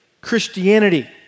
Christianity